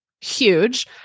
huge